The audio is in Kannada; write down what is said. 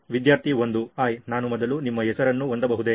ವಿದ್ಯಾರ್ಥಿ 1 ಹಾಯ್ ನಾನು ಮೊದಲು ನಿಮ್ಮ ಹೆಸರನ್ನು ಹೊಂದಬಹುದೇ